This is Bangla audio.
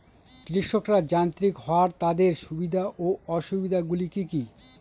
কৃষকরা যান্ত্রিক হওয়ার তাদের সুবিধা ও অসুবিধা গুলি কি কি?